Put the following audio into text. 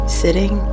sitting